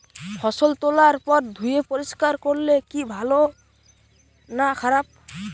ফসল তোলার পর ধুয়ে পরিষ্কার করলে কি ভালো না খারাপ?